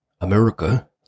America